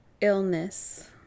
illness